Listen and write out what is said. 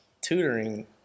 tutoring